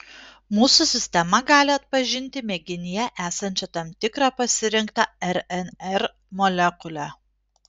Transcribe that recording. mūsų sistema gali atpažinti mėginyje esančią tam tikrą pasirinktą rnr molekulę